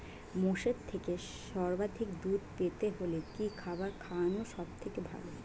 মোষের থেকে সর্বাধিক দুধ পেতে হলে কি খাবার খাওয়ানো সবথেকে ভালো?